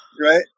Right